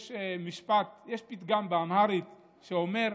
יש פתגם באמהרית שאומר: